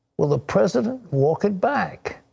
will the president walk it back?